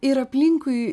ir aplinkui